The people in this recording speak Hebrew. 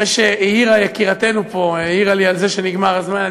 אחרי שיקירתנו פה העירה לי שנגמר הזמן,